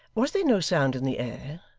was there no sound in the air,